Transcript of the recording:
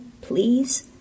please